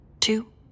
two